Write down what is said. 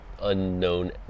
unknown